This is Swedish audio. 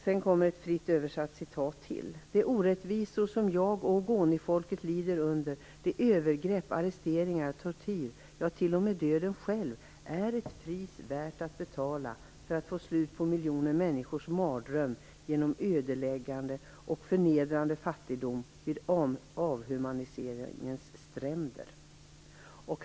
Sedan kommer ett fritt översatt citat till: De orättvisor som jag och Ogonifolket lider under - övergrepp, arresteringar, tortyr, ja t.o.m. döden själv - är ett pris värt att betala för att få slut på miljoner människors mardröm genom ödeläggande och förnedrande fattigdom vid avhumaniseringens stränder.